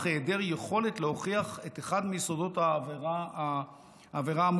היעדר יכולת להוכיח את אחד מיסודות העבירה המובהקים,